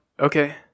Okay